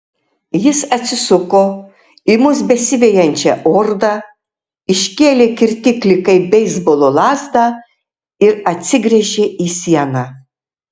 jis atsisuko į mus besivejančią ordą iškėlė kirtiklį kaip beisbolo lazdą ir atsigręžė į sieną